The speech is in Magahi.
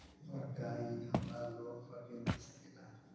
और का इ हमरा लोन पर भी मिल सकेला?